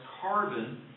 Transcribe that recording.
carbon